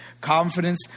Confidence